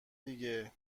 دیگه